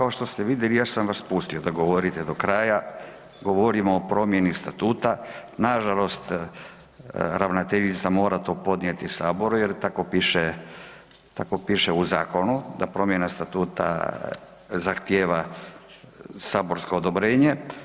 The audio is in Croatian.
Kao što ste vidjeli ja sam vas pustio da govorite do kraja, govorimo o promjeni statuta, nažalost ravnateljica to mora podnijeti saboru jer tako piše, tako piše u zakonu da promjena statuta zahtjeva saborsko odobrenje.